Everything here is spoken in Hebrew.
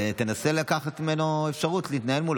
תנסה לקחת ממנו אפשרות להתנהל מולו.